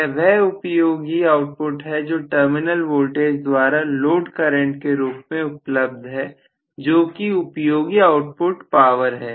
यह वह उपयोगी आउटपुट है जो टर्मिनल वोल्टेज द्वारा लोड करंट के रूप में उपलब्ध है जो कि उपयोगी आउटपुट पावर है